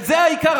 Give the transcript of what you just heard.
זה העיקר.